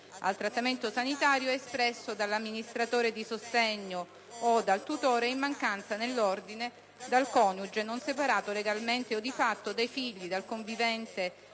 al trattamento sanitario è espresso dall'amministratore di sostegno o dal tutore e, in mancanza, nell'ordine, dal coniuge non separato legalmente o di fatto, dai figli, dal convivente